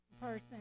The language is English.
person